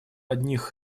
одних